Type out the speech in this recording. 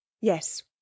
yes